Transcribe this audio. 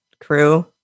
Crew